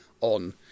on